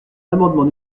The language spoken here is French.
l’amendement